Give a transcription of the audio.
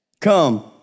Come